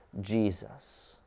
Jesus